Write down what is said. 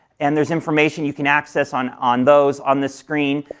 and there's information you can access on on those on this screen.